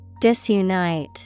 Disunite